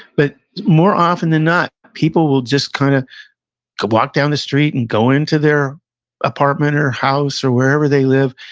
but, more often than not, people will just kind of walk down the street and go into their apartment or house or wherever they live,